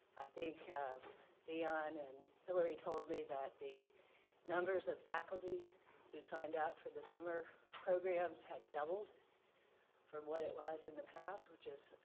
i think deone and hillary told me that the numbers of faculty who signed up for the summer programs had doubled from what it was in the past, which is,